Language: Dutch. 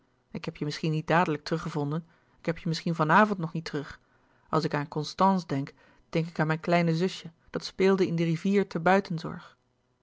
ik heb je misschien niet dadelijk teruggevonden ik heb je misschien van avond nog niet terug als ik aan constance denk denk ik aan mijn kleine zusje dat speelde in de rivier te